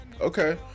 Okay